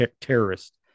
terrorist